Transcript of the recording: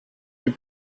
die